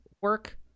work